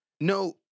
No